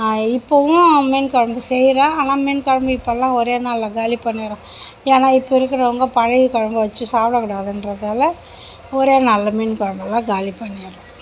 இப்போவும் மீன் குழம்பு செய்கிறேன் ஆனால் மீன் குழம்பு இப்பெல்லாம் ஒரே நாளில் காலி பண்ணிடுறோம் ஏன்னால் இப்போது இருக்கிறவங்க பழைய குழம்ப வெச்சு சாப்பிட கூடாதுகிறதால ஒரே நாளில் மீன் குழம்பெல்லாம் காலி பண்ணிடுறோம்